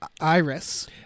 Iris